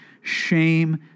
shame